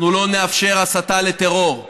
אנחנו לא נאפשר הסתה לטרור.